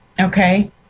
Okay